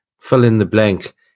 fill-in-the-blank